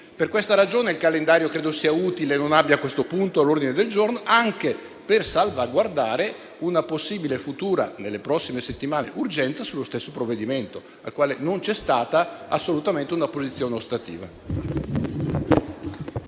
Per questa ragione credo che il calendario sia utile e non abbia questo punto all'ordine del giorno, anche per salvaguardare una possibile futura urgenza, nelle prossime settimane, sullo stesso provvedimento, rispetto al quale non c'è stata assolutamente una posizione ostativa.